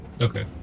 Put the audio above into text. Okay